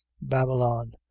babylon